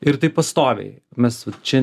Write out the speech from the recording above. ir taip pastoviai mes va čia